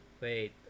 wait